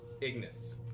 Ignis